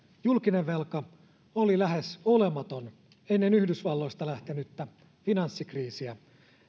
julkinen velka oli lähes olematon ennen yhdysvalloista lähtenyttä finanssikriisiä